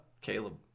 Caleb